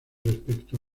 respecto